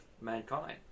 mankind